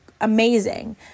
amazing